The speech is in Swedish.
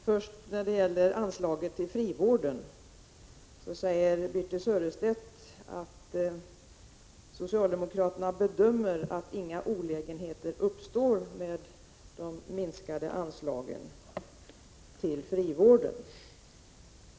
Fru talman! Birthe Sörestedt säger att socialdemokraterna bedömer att inga olägenheter uppstår med de minskade anslagen till frivården.